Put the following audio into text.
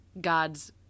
God's